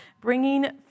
bringing